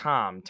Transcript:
Tom